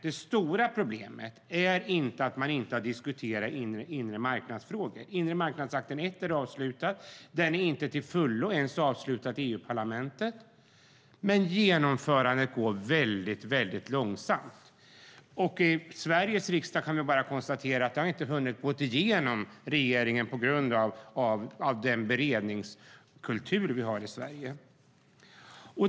Det stora problemet är inte att man inte har diskuterat frågor om den inre marknaden. Inremarknadsakten I är avslutad. Den är inte till fullo avslutad i EU-parlamentet, men genomförandet går långsamt. Vi kan konstatera att Sveriges riksdag inte har hunnit gå igenom regeringens frågor på grund av den beredningskultur som finns i Sverige.